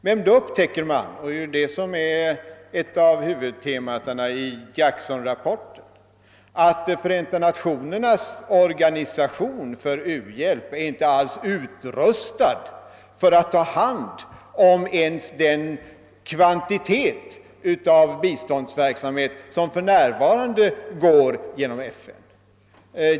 Men då upptäcker man — och det är ett av huvudtemana i Jacksonrapporten — att Förenta nationernas organisation för u-hjälp inte alls är utrustad för att ta hand om ens den kvantitet av biståndsverksamhet som för närvarande går genom FN.